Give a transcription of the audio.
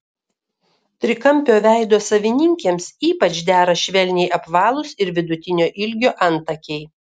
trikampio veido savininkėms ypač dera švelniai apvalūs ir vidutinio ilgio antakiai